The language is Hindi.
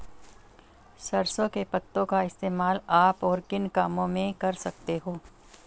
सरसों के पत्तों का इस्तेमाल आप और किन कामों में कर सकते हो?